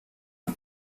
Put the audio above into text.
are